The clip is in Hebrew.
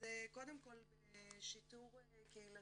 קודם כל בשיטור קהילתי,